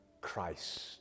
Christ